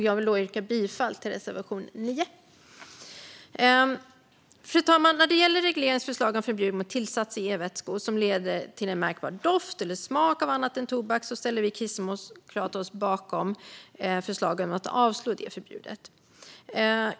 Jag yrkar bifall till reservation 9. Fru talman! När det gäller regeringens förslag om förbud mot tillsatser i e-vätskor som leder till en tydligt märkbar doft eller smak av annat än tobak ställer vi kristdemokrater oss bakom förslaget att avslå detta förbud.